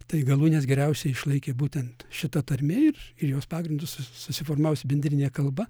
tai galūnes geriausiai išlaikė būtent šita tarmė ir ir jos pagrindu sus susiformavusi bendrinė kalba